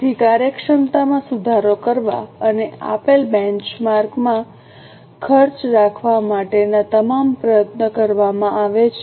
તેથી કાર્યક્ષમતામાં સુધારો કરવા અને આપેલ બેંચમાર્કમાં ખર્ચ રાખવા માટેના તમામ પ્રયત્નો કરવામાં આવે છે